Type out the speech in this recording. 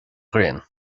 ghrian